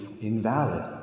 invalid